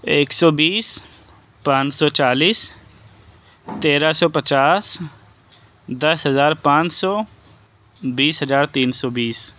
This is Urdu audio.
ایک سو بیس پانچ سو چالیس تیرہ سو پچاس دس ہزار پانچ سو بیس ہزار تین سو بیس